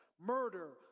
murder